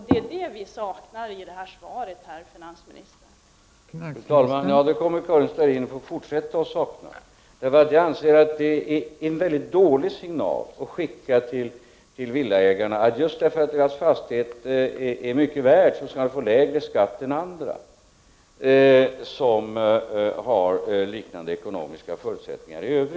Det är ett sådant besked som vi saknar i finansministerns svar.